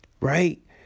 right